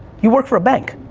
you work for a bank.